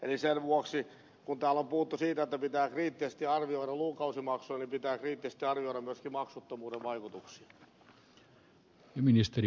eli sen vuoksi kun täällä on puhuttu siitä että pitää kriittisesti arvioida lukukausimaksuja pitää kriittisesti arvioida myöskin maksuttomuuden vaikutuksia